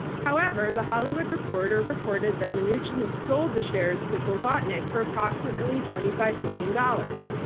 however, the hollywood reporter reported that mnuchin sold the shares to blavatnik for approximately twenty five million dollars.